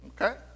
Okay